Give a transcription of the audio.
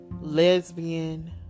lesbian